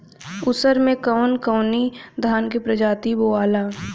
उसर मै कवन कवनि धान के प्रजाति बोआला?